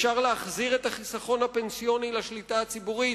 אפשר להחזיר את החיסכון הפנסיוני לשליטה הציבורית